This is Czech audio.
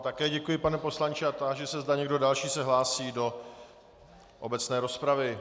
Také vám děkuji, pane poslanče, a táži se, zda někdo další se hlásí do obecné rozpravy.